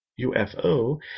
UFO